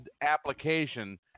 application